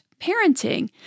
parenting